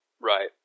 Right